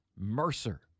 mercer